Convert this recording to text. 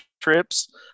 trips